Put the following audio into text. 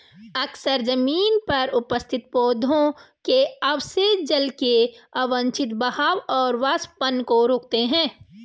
अक्सर जमीन पर उपस्थित पौधों के अवशेष जल के अवांछित बहाव और वाष्पन को रोकते हैं